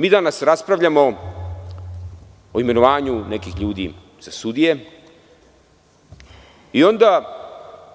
Mi danas raspravljamo o imenovanju nekih ljudi za sudije i onda